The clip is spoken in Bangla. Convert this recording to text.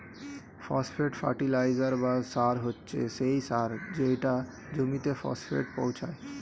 ফসফেট ফার্টিলাইজার বা সার হচ্ছে সেই সার যেটা জমিতে ফসফেট পৌঁছায়